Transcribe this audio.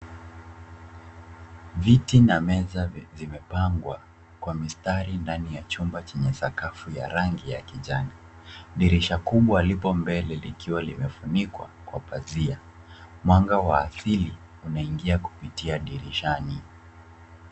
Viti na meza vimepangwa kwa mistari ndani ya chumba chenye sakafu ya rangi ya kijani. Dirisha kubwa lipo mbele likiwa limefunikwa kwa pazia, mwanga wa asili unaingia kupitia dirishani.